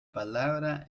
palabra